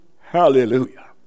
Hallelujah